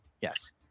Yes